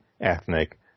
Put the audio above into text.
ethnic